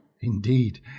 Indeed